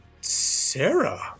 Sarah